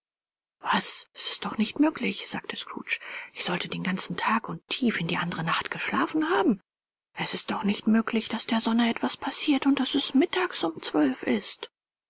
was es ist doch nicht möglich sagte scrooge ich sollte den ganzen tag und tief in die andere nacht geschlafen haben es ist doch nicht möglich daß der sonne etwas passiert und daß es mittags um zwölf ist